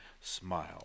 smile